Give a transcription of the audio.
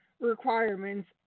requirements